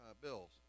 bills